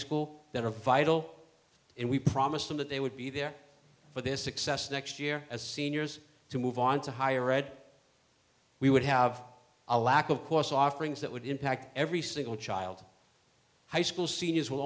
school that are vital and we promised them that they would be there for this success next year as seniors to move on to higher ed we would have a lack of course offerings that would impact every single child high school seniors will